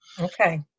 Okay